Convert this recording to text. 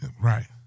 Right